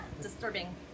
disturbing